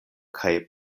kaj